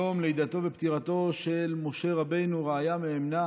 יום לידתו ופטירתו של משה רבנו רעיא מהימנא